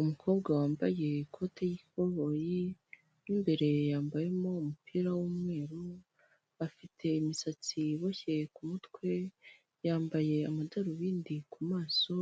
Umukobwa wambaye ikoti y'ikoboyi, mu imbere yambayemo umupira w'umweru, afite imisatsi iboshyeye ku mutwe, yambaye amadarubindi ku maso,